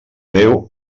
déu